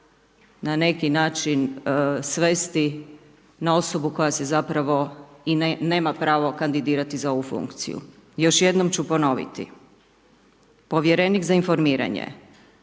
na neki način svesti na osobu koja se zapravo, i nema pravo kandidirati za ovu funkciju. Još jednom ću ponoviti, Povjerenik za informiranje,